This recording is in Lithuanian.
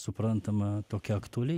suprantama tokia aktuali